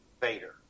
Vader